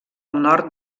nord